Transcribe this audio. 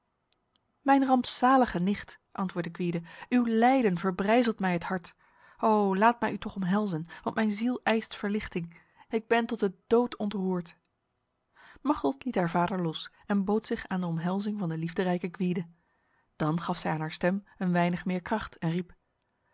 mijn rampzalige nicht antwoordde gwyde uw lijden verbrijzelt mij het hart o laat mij u toch omhelzen want mijn ziel eist verlichting ik ben tot de dood ontroerd machteld liet haar vader los en bood zich aan de omhelzing van de liefderijke gwyde dan gaf zij aan haar stem een weinig meer kracht en riep